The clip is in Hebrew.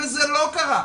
וזה לא קרה.